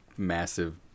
massive